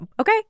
Okay